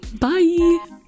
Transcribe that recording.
Bye